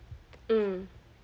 mm